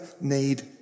need